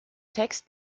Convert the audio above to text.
text